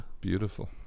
Beautiful